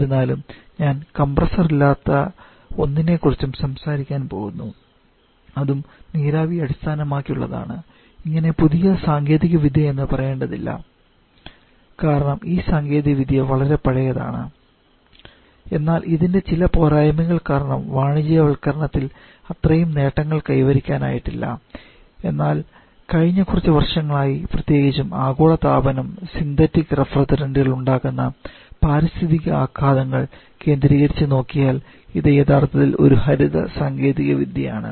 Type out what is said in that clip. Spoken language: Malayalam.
എന്നിരുന്നാലും ഞാൻ കംപ്രസ്സർ ഇല്ലാത്ത ഒന്നിനെക്കുറിച്ച് സംസാരിക്കാൻ പോകുന്നു അതും നീരാവി അടിസ്ഥാനമാക്കിയുള്ളതാണ് ഇതിനെ പുതിയ സാങ്കേതികവിദ്യ എന്ന് ഞാൻ പറയേണ്ടതില്ല കാരണം ഈ സാങ്കേതികവിദ്യ വളരെ പഴയതാണ് എന്നാൽ ഇതിന്റെ ചില പോരായ്മകൾ കാരണം വാണിജ്യവത്ക്കരണത്തിൽ അത്രയും നേട്ടം കൈവരിക്കാനായില്ല എന്നാൽ കഴിഞ്ഞ കുറച്ച് വർഷങ്ങളായി പ്രത്യേകിച്ചും ആഗോളതാപനം സിന്തറ്റിക് റഫ്രിജറന്റുകൾ ഉണ്ടാക്കുന്ന പാരിസ്ഥിതിക ആഘാതങ്ങൾ കേന്ദ്രീകരിച്ച് നോക്കിയാൽ ഇത് യഥാർത്ഥത്തിൽ ഒരു ഹരിത സാങ്കേതികവിദ്യയാണ്